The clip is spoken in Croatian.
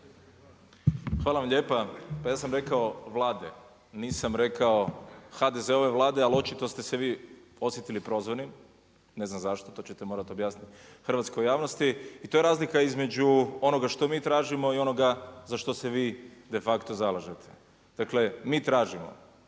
Hvala lijepa. Pa ja sam rekao Vlade, nisam rekao HDZ-ove Vlade, ali očito ste se vi osjetili prozvanim, ne znam zašto, to ćete morati objasniti hrvatskoj javnosti i to je razlika između onoga što mi tražimo i onoga za što vi de facto zalažete. Dakle, mi tražimo